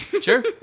Sure